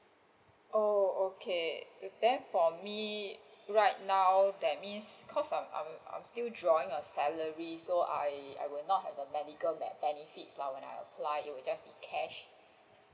oh okay then for me right now that mean cos' I'm I'm still drawing a salary so I I won't have the medical bene~ benefits lah when I apply it will just be cash